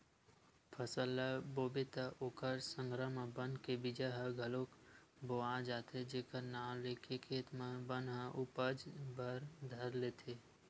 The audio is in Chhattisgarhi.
फसल ल बोबे त ओखर संघरा म बन के बीजा ह घलोक बोवा जाथे जेखर नांव लेके खेत म बन ह उपजे बर धर लेथे